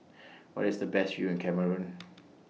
Where IS The Best View in Cameroon